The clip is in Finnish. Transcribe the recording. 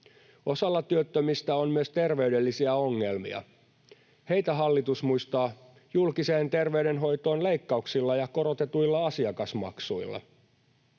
Osalla työttömistä on myös terveydellisiä ongelmia. Heitä hallitus muistaa leikkauksilla julkiseen terveydenhoitoon ja korotetuilla asiakasmaksuilla.